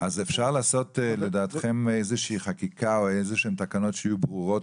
אז לדעתכם אפשר לעשות איזושהי חקיקה או תקנות שיהיו ברורות